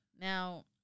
Now